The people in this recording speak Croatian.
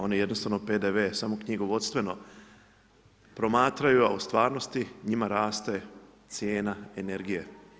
Oni jednostavno PDV-e samo knjigovodstveno promatraju, a u stvarnosti njima raste cijena energije.